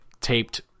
taped